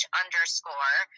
underscore